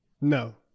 No